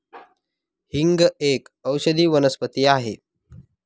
हिंग एक औषधी वनस्पती आहे